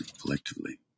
collectively